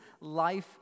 life